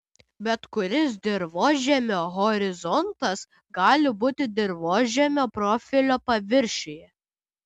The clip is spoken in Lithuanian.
bet kuris dirvožemio horizontas gali būti dirvožemio profilio paviršiuje